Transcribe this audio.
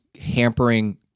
hampering